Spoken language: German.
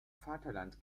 vaterland